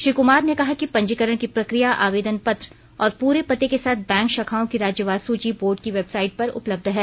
श्री कमार ने कहा कि पंजीकरण की प्रक्रिया आवेदन पत्र और पूरे पते के साथ बैंक शाखाओं की राज्यवार सूची बोर्ड की वेबसाइट पर उपलब्ध है